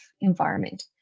environment